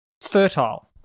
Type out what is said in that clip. fertile